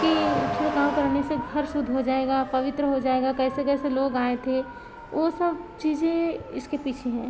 कि छिड़काव करने से घर शुद्ध हो जाएगा पवित्र हो जाएगा कैसे कैसे लोग आए थे वो सब चीज़ें इसके पीछे हैं